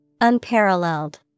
Unparalleled